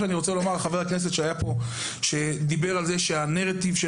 חבר הכנסת שהיה פה דיבר על זה שהנרטיב של